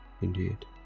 Indeed